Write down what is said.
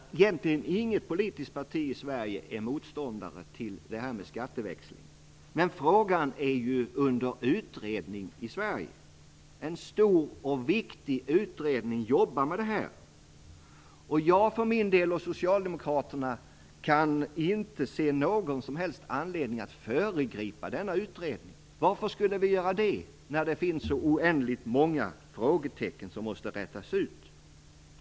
Inget politiskt parti i Sverige är egentligen motståndare till skatteväxling, men frågan är under utredning i Sverige. En stor och viktig utredning pågår om det här. Jag för min del och socialdemokraterna kan inte se någon som helst anledning att föregripa denna utredning. Varför skulle vi göra det, när det finns så oändligt många frågetecken som måste rätas ut?